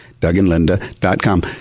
DougAndLinda.com